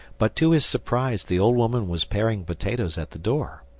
but, to his surprise, the old woman was paring potatoes at the door.